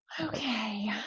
Okay